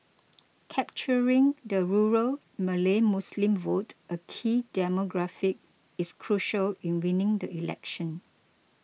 capturing the rural Malay Muslim vote a key demographic is crucial in winning the election